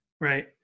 Right